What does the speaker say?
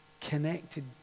connected